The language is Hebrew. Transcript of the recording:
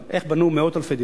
איך בנו מאות אלפי דירות.